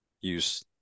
use